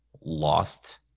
lost